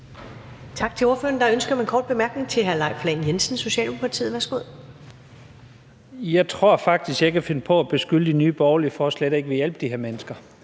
Jeg tror faktisk, jeg kan finde på at beskylde Nye Borgerlige for slet ikke at ville hjælpe de her mennesker.